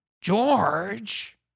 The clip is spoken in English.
George